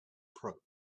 prose